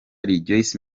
rejoice